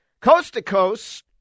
coast-to-coast